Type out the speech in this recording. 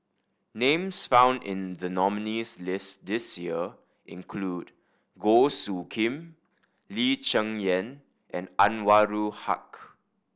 names found in the nominees' list this year include Goh Soo Khim Lee Cheng Yan and Anwarul Haque